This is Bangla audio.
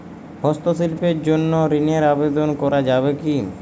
হস্তশিল্পের জন্য ঋনের আবেদন করা যাবে কি?